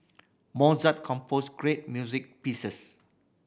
mozart composed great music pieces